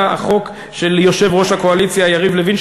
החוק של יושב-ראש הקואליציה יריב לוין,